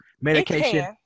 Medication